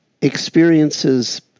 experiences